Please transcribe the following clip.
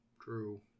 true